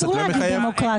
אסור להגיד דמוקרט.